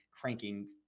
cranking